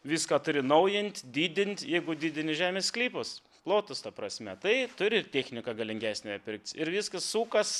viską turi naujint didint jeigu didini žemės sklypus plotus ta prasme tai turi ir techniką galingesnę pirktis ir viskas sukas